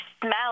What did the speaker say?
smell